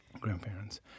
grandparents